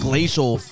Glacial